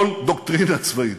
כל דוקטרינה צבאית,